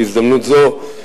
בהזדמנות זו,